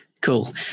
Cool